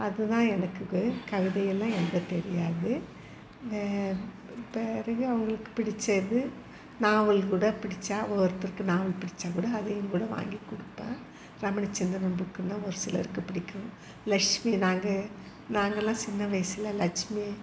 அது தான் எனக்கு கவிதையெல்லாம் எழுத தெரியாது பிறகு அவங்களுக்கு பிடித்தது நாவல் கூட பிடித்தா ஒருத்தருக்கு நாவல் பிடித்தா கூட அதையும் கூட வாங்கி கொடுப்பேன் ரமணிச்சந்திரன் புக்குன்னா ஒரு சிலருக்கு பிடிக்கும் லெக்ஷ்மி நாங்கள் நாங்கெல்லாம் சின்ன வயசில் லக்ஷ்மி